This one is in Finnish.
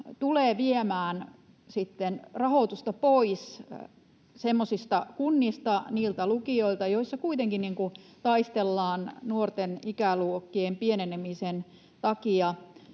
sitten viemään rahoitusta pois semmoisilta kunnilta, niiltä lukioilta, joissa kuitenkin taistellaan nuorten ikäluokkien pienenemisen takia,